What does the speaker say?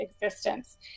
existence